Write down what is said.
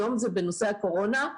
היום זה בנושא הקורונה,